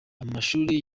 amashuri